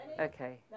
Okay